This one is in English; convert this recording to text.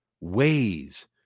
ways